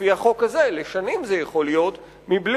לפי החוק הזה זה יכול להיות לשנים,